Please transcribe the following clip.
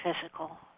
physical